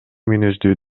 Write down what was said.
мүнөздүү